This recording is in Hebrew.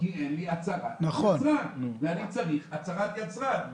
כי אין לי הצהרת יצרן ואני צריך הצהרת יצרן.